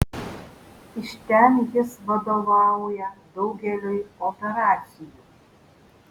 iš ten jis vadovauja daugeliui operacijų